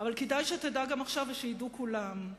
אבל כדאי שתדע גם עכשיו וידעו כולם: